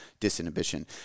disinhibition